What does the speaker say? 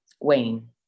Wayne